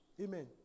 Amen